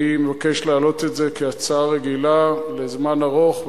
ואני מבקש להעלות את זה כהצעה רגילה לזמן ארוך,